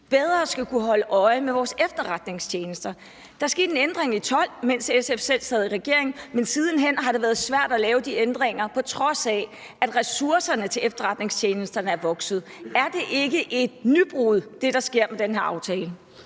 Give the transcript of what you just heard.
bedre skulle kunne holde øje med vores efterretningstjenester. Der skete en ændring i 2012, mens SF selv sad i regering, men siden hen har det været svært at lave de ændringer, på trods af at ressourcerne til efterretningstjenesterne er vokset. Er det, der sker med den her aftale,